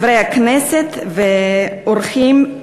חברי הכנסת ואורחים,